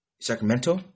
Sacramento